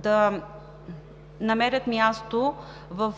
да намерят място във